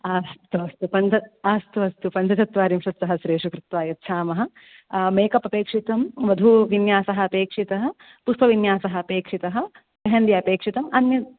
अस्तु अस्तु अस्तु अस्तु पञ्चचत्वारिंशत् सहस्रेषु कृत्वा यच्छामः मेकप् अपेक्षितं वधुविन्यासः अपेक्षितः पुष्पविन्यासः अपेक्षितः मेहेन्दि अपेक्षितम् अन्यत्